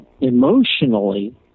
emotionally